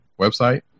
website